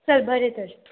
चल बरें तर